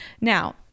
Now